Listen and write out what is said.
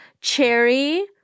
cherry